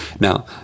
Now